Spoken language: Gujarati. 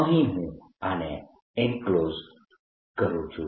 અહીં હું આને એન્ક્લોઝ કરું છું